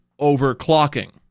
overclocking